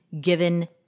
given